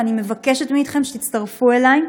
ואני מבקשת מכם שתצטרפו אלי.